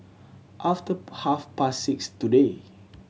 after half past six today